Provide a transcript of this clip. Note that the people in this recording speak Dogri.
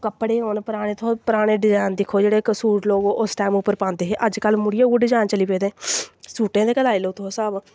कपड़े होन पराने तुस पराने डिज़ैंन दिक्खो जेह्ड़े सूट उस टैम उप्पर लोग पांदे हे अजकल्ल मुड़ियै ओह् डिज़ैंन चली पेदे सूटें दे गै लाई लैओ तुस स्हाब